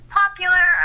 popular